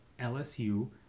LSU